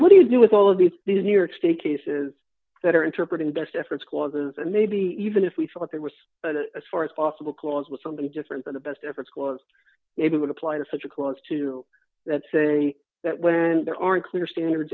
what do you do with all of these these new york state cases that are interpreting best efforts clauses and maybe even if we thought there was as far as possible clause with something different that the best efforts clause maybe would apply to such a clause to that say that when there aren't clear standards